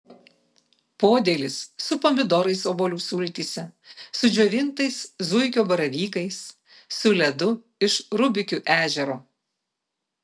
podėlis su pomidorais obuolių sultyse su džiovintais zuikio baravykais su ledu iš rubikių ežero